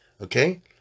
Okay